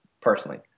personally